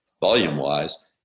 volume-wise